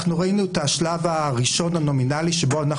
אנחנו ראינו את השלב הראשון הנומינלי שבו אנחנו